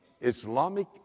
Islamic